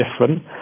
different